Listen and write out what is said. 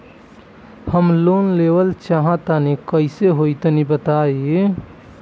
हम लोन लेवल चाह तनि कइसे होई तानि बताईं?